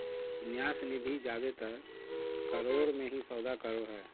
न्यास निधि जादेतर करोड़ मे ही सौदा करो हय